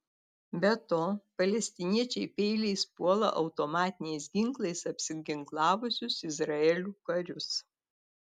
be to palestiniečiai peiliais puola automatiniais ginklais apsiginklavusius izraelio karius